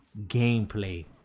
gameplay